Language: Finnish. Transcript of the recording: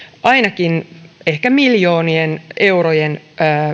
ainakin ehkä miljoonien eurojen